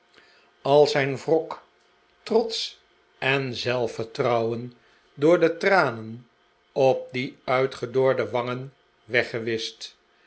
al zijn wrok trots en zelfvertrouwen door de tranen op die uitgedorde wangen